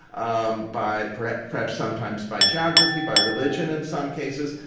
um by perhaps perhaps sometimes by geography, by religion in some cases.